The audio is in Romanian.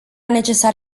necesar